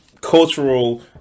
cultural